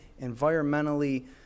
environmentally